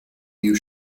you